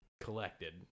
collected